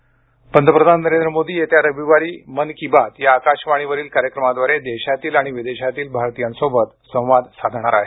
मन की बात पंतप्रधान नरेंद्र मोदी हे येत्या रविवारी मन की बात या आकाशवाणीवरील कार्यक्रमाद्वारे देशातील आणि विदेशातील भारतीयांशी संवाद साधणार आहेत